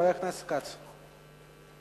חבר הכנסת יעקב כץ.